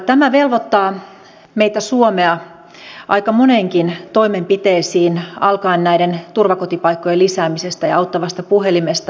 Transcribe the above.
tämä velvoittaa meitä suomea aika moneenkin toimenpiteeseen alkaen näiden turvakotipaikkojen lisäämisestä ja auttavasta puhelimesta